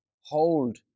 hold